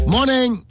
Morning